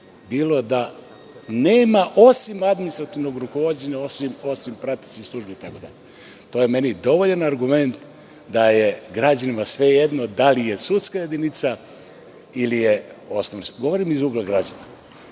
bio da nema osim administrativnog rukovođenja, osim pretećih službi itd. To je meni dovoljan argument da je građanima svejedno da li je sudska jedinica ili je osnovni sud. Govorim iz ugla građana.